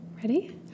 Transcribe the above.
Ready